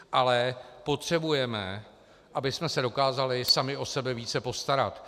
Ale potřebujeme, abychom se dokázali sami o sebe více postarat.